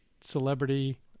celebrity